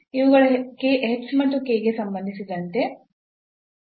ಇವುಗಳು h ಮತ್ತು k ಗೆ ಸಂಬಂಧಿಸಿದಂತೆ ಇಲ್ಲಿ ಪ್ರಮುಖ ಪದಗಳಾಗಿವೆ